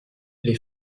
les